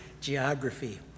geography